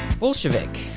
Bolshevik